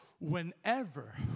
Whenever